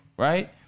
Right